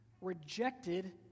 rejected